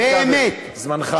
זמנך,